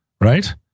Right